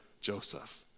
Joseph